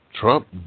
Trump